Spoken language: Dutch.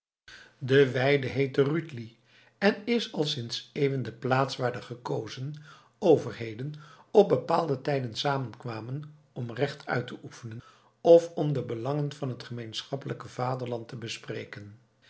de rütli en is al sinds eeuwen de plaats waar de gekozen overheden op bepaalde tijden samen kwamen om recht uit te oefenen of om de belangen van het gemeenschappelijke vaderland te bespreken